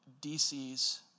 DCs